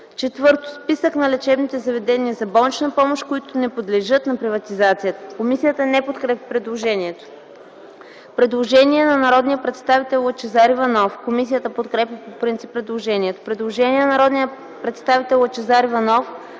4. списък на лечебните заведения за болнична помощ, които не подлежат на приватизация.” Комисията не подкрепя предложението. Предложение на народния представител Лъчезар Иванов. Комисията подкрепя по принцип предложението. Предложение на народния представител Лъчезар Иванов,